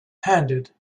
handed